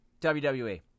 WWE